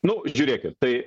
nu žiūrėkit tai